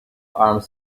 armed